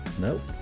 Nope